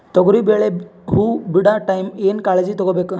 ತೊಗರಿಬೇಳೆ ಹೊವ ಬಿಡ ಟೈಮ್ ಏನ ಕಾಳಜಿ ತಗೋಬೇಕು?